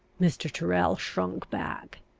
mr. tyrrel shrunk back.